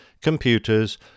computers